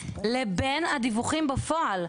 לבין הדיווחים בפועל.